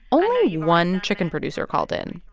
only one chicken producer called in,